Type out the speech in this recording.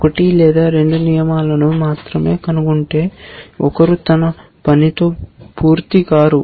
ఒకటి లేదా రెండు నియమాలను మాత్రమే కనుగొంటే ఒకరు తన పనితో పూర్తికారు